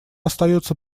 остается